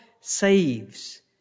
saves